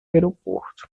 aeroporto